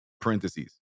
parentheses